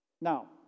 Now